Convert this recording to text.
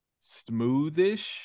smoothish